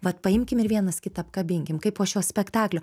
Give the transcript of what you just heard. vat paimkim ir vienas kitą apkabinkim kaip po šio spektaklio